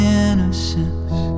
innocence